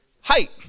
Height